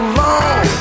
long